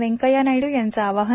व्यंकय्या नायडू यांचं आवाहन